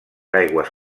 aigües